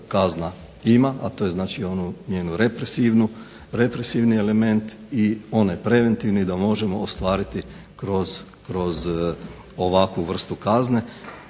kazna ima, a to je znači onu njezin represivni element i onaj preventivni da možemo ostvariti kroz ovakvu vrstu kazne.